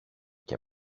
και